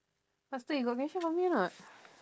faster you got question for me or not